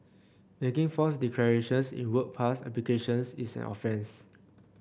making false declarations in work pass applications is an offence